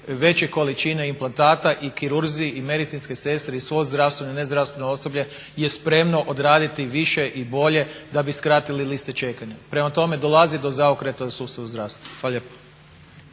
veće količine implantata i kirurzi i medicinske sestre i svo zdravstveno i nezdravstveno osoblje je spremno odraditi više i bolje da bi skratili liste čekanja. Pema tome dolazi do zaokreta u sustavu zdravstva.